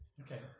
Okay